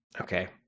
Okay